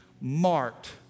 marked